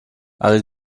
ale